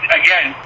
again